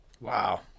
Wow